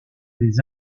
les